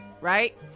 right